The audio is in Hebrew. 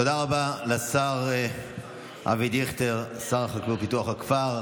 תודה רבה לשר אבי דיכטר, שר החקלאות ופיתוח הכפר.